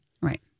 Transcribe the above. right